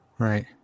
Right